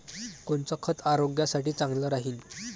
कोनचं खत आरोग्यासाठी चांगलं राहीन?